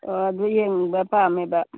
ꯑꯣ ꯑꯗꯨ ꯌꯦꯡꯕ ꯄꯥꯝꯃꯦꯕ